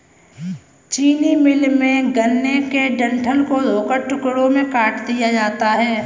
चीनी मिल में, गन्ने के डंठल को धोकर टुकड़ों में काट दिया जाता है